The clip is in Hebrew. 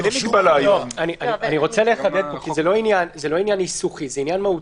זה לא עניין ניסוחי אלא מהותי.